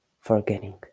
forgetting